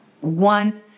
one